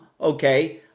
okay